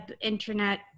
internet